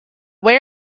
where